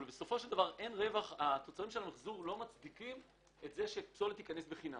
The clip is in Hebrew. אבל התוצרים של המחזור לא מצדיקים את זה שפסולת תיכנס בחינם.